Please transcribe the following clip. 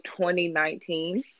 2019